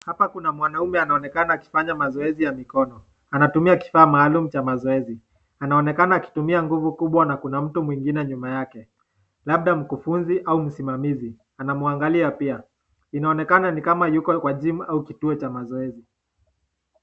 Hapa kuna mwanaume anaonekana akifanya mazoezi ya mikono. Anatumia kifaa maalum cha mazoezi. Anaonekana akitumia nguvu kubwa na kuna mtu mwingine nyuma yake, labda mkufunzi au msimamizi. Anamuangalia pia. Inaonekana ni kama yuko kwa [gym] au kituo cha mazoezi.